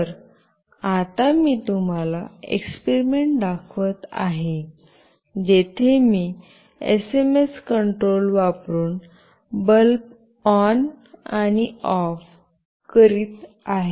तर आता मी तुम्हाला एक्सपेरिमेंट दाखवत आहे जेथे मी एसएमएस कंट्रोल वापरुन बल्ब ऑन आणि ऑफ करीत आहे